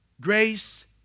Grace